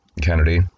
Kennedy